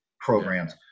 programs